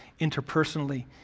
interpersonally